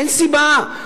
אין סיבה.